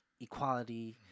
equality